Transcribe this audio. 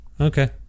Okay